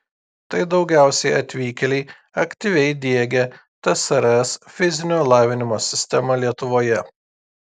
tai daugiausiai atvykėliai aktyviai diegę tsrs fizinio lavinimo sistemą lietuvoje